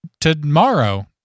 tomorrow